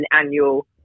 annual